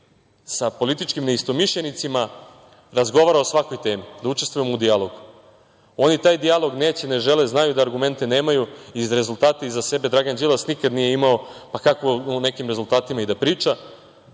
sa političkim neistomišljenicima razgovara o svakoj temi, da učestvujemo u dijalogu. Oni taj dijalog neće, ne žele, znaju da argumente nemaju, jer rezultate iza sebe Dragan Đilas nikad nije imao, pa kako o nekim rezultatima i da priča.